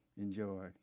enjoy